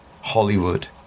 Hollywood